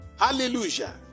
hallelujah